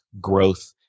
growth